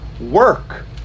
Work